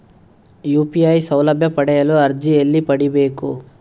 UPI ಸೌಲಭ್ಯ ಪಡೆಯಲು ಅರ್ಜಿ ಎಲ್ಲಿ ಪಡಿಬೇಕು?